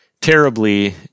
terribly